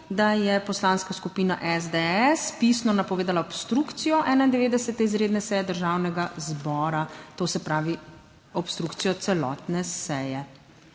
da je Poslanska skupina SDS pisno napovedala obstrukcijo 91. izredne seje Državnega zbora, to se pravi obstrukcijo celotne seje.